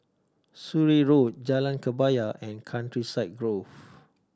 Surrey Road Jalan Kebaya and Countryside Grove